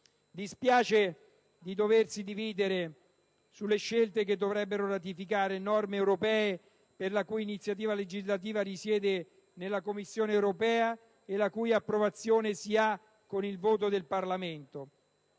Dispiace di doversi dividere sulle disposizioni che dovrebbero ratificare norme europee, la cui iniziativa legislativa risiede nella Commissione europea e la cui approvazione è determinata dal voto del Parlamento